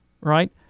right